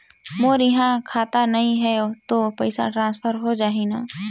मोर इहां खाता नहीं है तो पइसा ट्रांसफर हो जाही न?